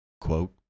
Quote